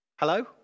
Hello